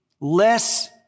less